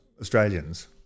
Australians